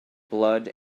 blood